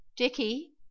Dicky